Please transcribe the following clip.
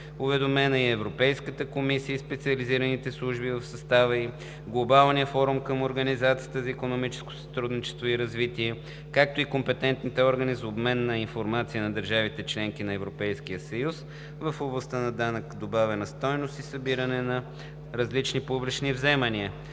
Уведомени са Европейската комисия и специализираните служби в състава ѝ, Глобалният форум към Организацията за икономическо сътрудничество и развитие, както и компетентните органи за обмен на информация на държавите – членки на Европейския съюз, в областта на данък добавена стойност и събиране на различни публични вземания.